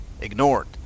Ignored